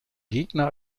gegner